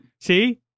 See